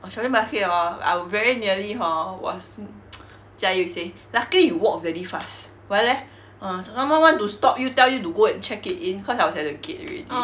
orh shopping basket hor I very nearly hor was mm jia yi say luckily you walk very fast why leh uh sakama want to stop you tell you to go and check it in cause I was at the gate already